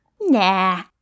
Nah